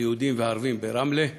ליהודים וערבים ברמלה.